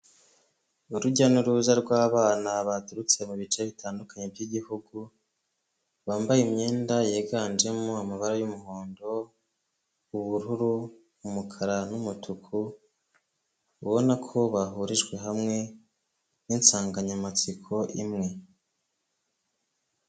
Urujya n'uruza rw'abana baturutse mu bice bitandukanye bygihugu, bambaye imyenda yiganjemo amabara y'umuhondo, ubururu, umukara n'umutuku ubabona ko bahurijwe hamwe niinsanganyamatsiko imwe.